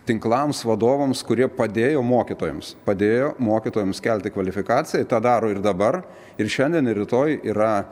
tinklams vadovams kurie padėjo mokytojams padėjo mokytojams kelti kvalifikaciją tą daro ir dabar ir šiandien ir rytoj yra